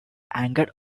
angered